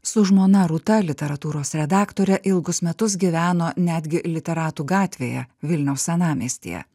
su žmona rūta literatūros redaktore ilgus metus gyveno netgi literatų gatvėje vilniaus senamiestyje